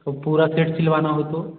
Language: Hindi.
और पूरा सेट सिलवाना हो तो